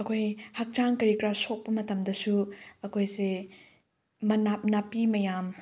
ꯑꯩꯈꯣꯏ ꯍꯛꯆꯥꯡ ꯀꯔꯤ ꯀꯔꯥ ꯁꯣꯛꯄ ꯃꯇꯝꯗꯁꯨ ꯑꯩꯈꯣꯏꯁꯦ ꯅꯥꯄꯤ ꯃꯌꯥꯝ